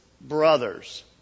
brothers